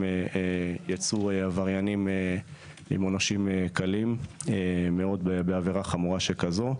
יצאו עבריינים עם עונשים קלים מאוד בעבירה חמורה שכזו.